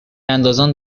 اندازان